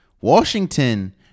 Washington